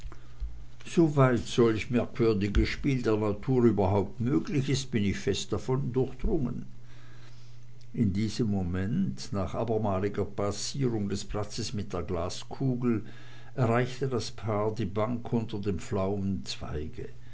soweit solch merkwürdiges spiel der natur überhaupt möglich ist bin ich fest davon durchdrungen in diesem moment nach abermaliger passierung des platzes mit der glaskugel erreichte das paar die bank unter dem